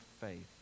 faith